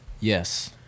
Yes